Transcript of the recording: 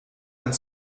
and